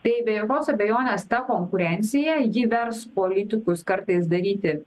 tai be jokios abejonės ta konkurencija ji vers politikus kartais daryti